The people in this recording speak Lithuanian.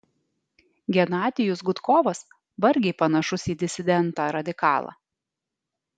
genadijus gudkovas vargiai panašus į disidentą radikalą